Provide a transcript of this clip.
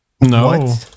no